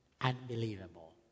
Unbelievable